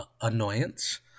annoyance